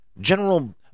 general